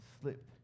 slipped